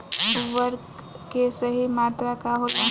उर्वरक के सही मात्रा का होला?